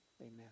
amen